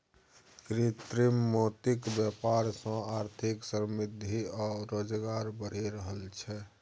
कृत्रिम मोतीक बेपार सँ आर्थिक समृद्धि आ रोजगार बढ़ि रहल छै